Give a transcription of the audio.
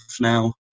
now